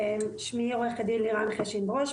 שמי עו"ד לירן חשין-ברוש,